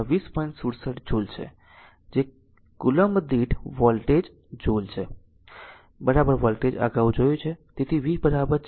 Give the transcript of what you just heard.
67 joule છે જે coulomb દીઠ વોલ્ટેજ જુલ છે વોલ્ટેજ અગાઉ જોયું છે